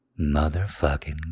Motherfucking